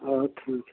और ठीक है